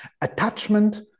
Attachment